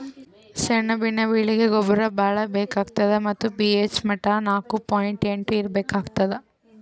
ಸೆಣಬಿನ ಬೆಳೀಗಿ ಗೊಬ್ಬರ ಭಾಳ್ ಬೇಕಾತದ್ ಮತ್ತ್ ಪಿ.ಹೆಚ್ ಮಟ್ಟಾ ನಾಕು ಪಾಯಿಂಟ್ ಎಂಟು ಇರ್ಬೇಕಾಗ್ತದ